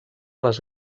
les